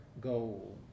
goal